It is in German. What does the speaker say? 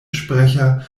sprecher